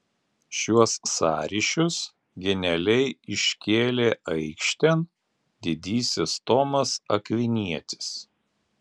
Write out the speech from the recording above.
šiuos sąryšius genialiai iškėlė aikštėn didysis tomas akvinietis